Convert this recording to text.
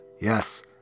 Yes